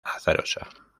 azarosa